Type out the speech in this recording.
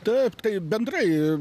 taip tai bendrai